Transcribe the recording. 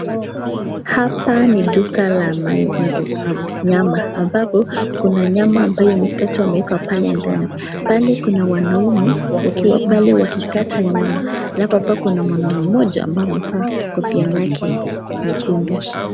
Hapa ni duka la nyama ambapo kuna nyama ambayo imekatwa wameka pale ndani. Pale kuna wanaume wakiwa pale wakikata nyama. Alafu hapa kuna mwanaume mmoja ambaye amevaa kofia lake nyekundu.